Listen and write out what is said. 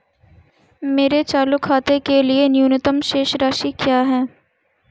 मेरे चालू खाते के लिए न्यूनतम शेष राशि क्या है?